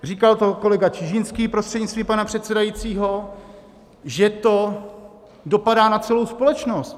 Říkal to kolega Čižinský, prostřednictvím pana předsedajícího, že to dopadá na celou společnost.